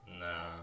Nah